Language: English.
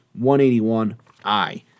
181i